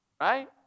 right